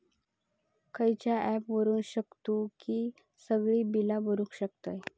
खयचा ऍप वापरू शकतू ही सगळी बीला भरु शकतय?